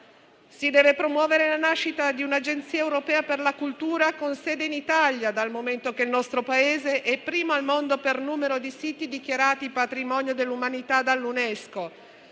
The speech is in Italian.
Si deve promuovere la nascita di un'agenzia europea per la cultura con sede in Italia, dal momento che il nostro Paese è primo al mondo per numero di siti dichiarati patrimonio dell'umanità dall'UNESCO: